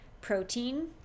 protein